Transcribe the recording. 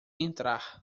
entrar